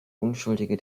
unschuldige